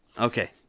Okay